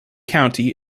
county